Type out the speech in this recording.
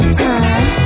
time